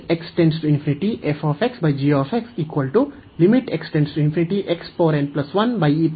ಇದನ್ನು ತೆಗೆದುಕೊಳ್ಳಲು ಕಾರಣವೇನು